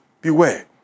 beware